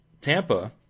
Tampa